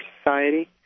Society